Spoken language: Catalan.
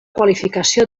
qualificació